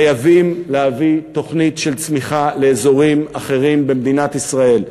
חייבים להביא תוכנית של צמיחה לאזורים אחרים במדינת ישראל.